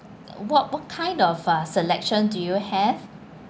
what what kind of uh selection do you have